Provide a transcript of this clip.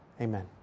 Amen